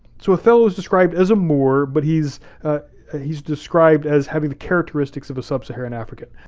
so othello's described as a moor, but he's he's described as having the characteristics of a sub-saharan african.